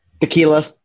tequila